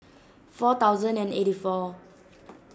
four thousand and eighty four